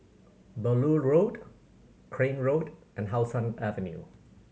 Beaulieu Road Crane Road and How Sun Avenue